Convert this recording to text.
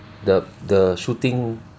the the shooting